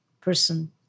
person